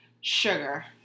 sugar